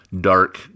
dark